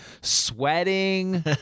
sweating